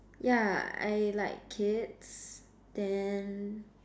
yeah I like kids then